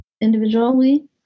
individually